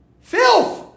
Filth